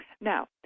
Now